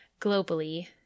globally